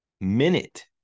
minute